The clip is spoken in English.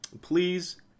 please